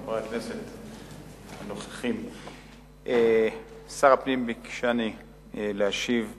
חברי הכנסת הנוכחים, שר הפנים ביקשני להשיב בשמו.